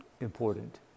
important